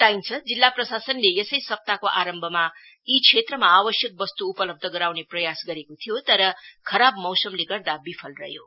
बताइन्छ जिल्ला प्रशासनले यसै सप्ताहको आरम्भमा यी क्षेत्रमा आवश्यक वस्त् उपलब्ध गराउने प्रयास गरेको थियो तर खराब मौसमले गर्दा विफल रह्यो